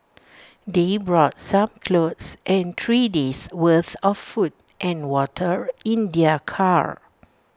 they brought some clothes and three days' worth of food and water in their car